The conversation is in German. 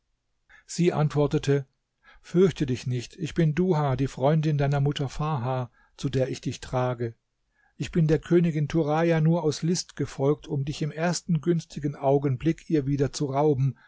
sie antwortete fürchte dich nicht ich bin duha die freundin deiner mutter farha zu der ich dich trage ich bin der königin turaja nur aus list gefolgt um dich im ersten günstigen augenblick ihr wieder zu rauben